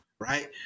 right